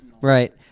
Right